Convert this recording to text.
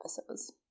episodes